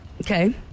okay